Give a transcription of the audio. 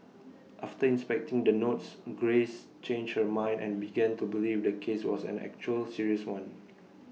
after inspecting the notes grace changed her mind and began to believe the case was an actual serious one